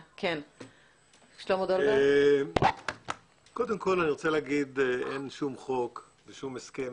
קודם כל, אין שום חוק או הסכם